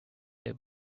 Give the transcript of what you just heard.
they